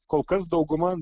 kol kas dauguma